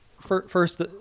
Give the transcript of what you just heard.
First